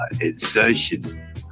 insertion